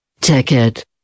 Ticket